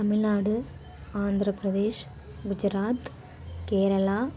Tamil Nadu Andhra Pradesh Gujarat Kerala